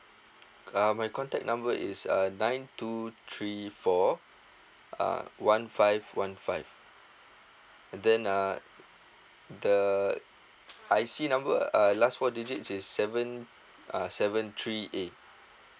uh my contact number is uh nine two three four uh one five one five then uh the I_C number uh last four digits is seven uh seven three A